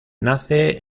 nace